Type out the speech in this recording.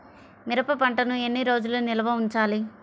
మిరప పంటను ఎన్ని రోజులు నిల్వ ఉంచాలి?